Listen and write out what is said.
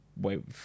wait